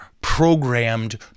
programmed